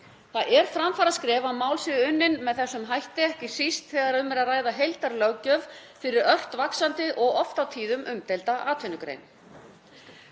Það er framfaraskref að mál séu unnin með þessum hætti, ekki síst þegar um er að ræða heildarlöggjöf fyrir ört vaxandi og oft á tíðum umdeilda atvinnugrein.